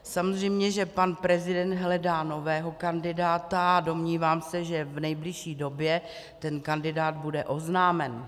Samozřejmě že pan prezident hledá nového kandidáta a domnívám se, že v nejbližší době ten kandidát bude oznámen.